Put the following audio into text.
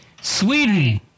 Sweden